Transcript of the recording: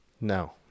No